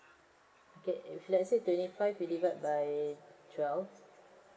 okay if let's say twenty five we divide by twelve